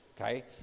okay